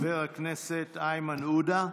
חבר הכנסת איימן עודה,